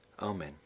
Amen